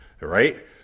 right